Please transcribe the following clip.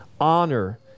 Honor